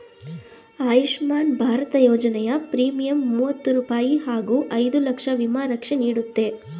ಆಯುಷ್ಮಾನ್ ಭಾರತ ಯೋಜನೆಯ ಪ್ರೀಮಿಯಂ ಮೂವತ್ತು ರೂಪಾಯಿ ಹಾಗೂ ಐದು ಲಕ್ಷ ವಿಮಾ ರಕ್ಷೆ ನೀಡುತ್ತೆ